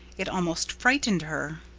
it almost frightened her.